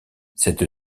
cette